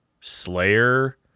Slayer